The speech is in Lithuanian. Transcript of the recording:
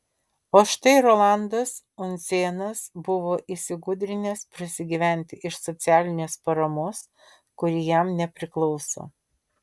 o štai rolandas undzėnas buvo įsigudrinęs prasigyventi iš socialinės paramos kuri jam nepriklauso